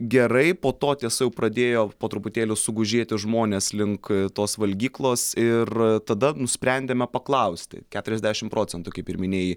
gerai po to tiesa jau pradėjo po truputėlį sugužėti žmonės link tos valgyklos ir tada nusprendėme paklausti keturiasdešim procentų kaip ir minėjai